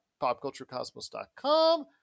popculturecosmos.com